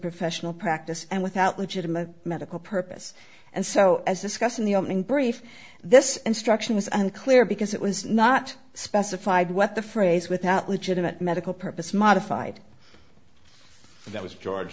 professional practice and without legitimate medical purpose and so as discussed in the opening brief this instruction was unclear because it was not specified what the phrase without legitimate medical purpose modified